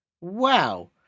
Wow